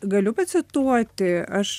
galiu pacituoti aš